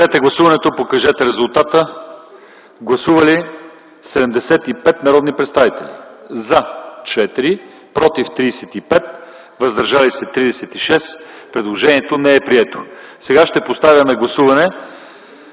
Сега ще поставя на гласуване